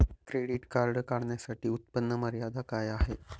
Credit card काढण्यासाठी उत्पन्न मर्यादा काय आहे?